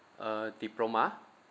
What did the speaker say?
uh diploma